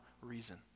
reason